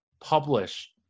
publish